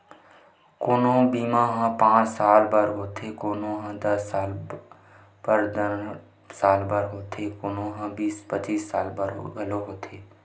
कोनो बीमा ह पाँच साल बर होथे, कोनो ह दस पंदरा साल त कोनो ह बीस पचीस साल बर घलोक होथे न